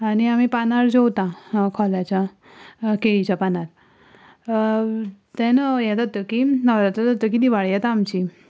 आनी आमी पानार जेवता खोल्याच्या केळीच्या पानार तेन्ना हें जातकीर नवरात्रा जातकीर दिवाळी येता आमची